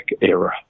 era